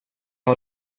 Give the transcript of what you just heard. har